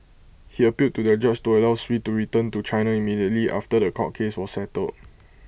he appealed to the judge to allow Sui to return to China immediately after The Court case was settled